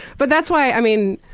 but that's why, i mean,